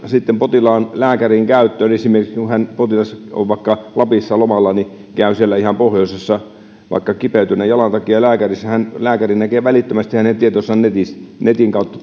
sitten potilaan lääkärin käyttöön esimerkiksi kun potilas on vaikka lapissa lomalla käy siellä ihan pohjoisessa vaikka kipeytyneen jalan takia lääkärissä lääkäri näkee välittömästi hänen tietonsa netin netin kautta